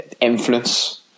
influence